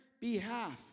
behalf